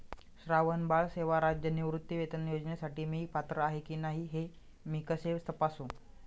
श्रावणबाळ सेवा राज्य निवृत्तीवेतन योजनेसाठी मी पात्र आहे की नाही हे मी कसे तपासू?